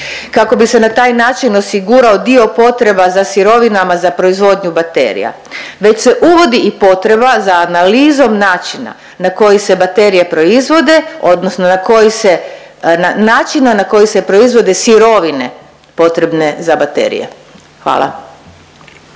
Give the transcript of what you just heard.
kako bi se na taj način osigurao dio potreba za sirovinama za proizvodnju baterija već se uvodi i potreba za analizom načina na koji se baterije proizvode odnosno na koji se, načina na koji se proizvode sirovine potrebne za baterije. Hvala.